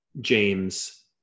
James